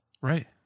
Right